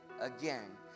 again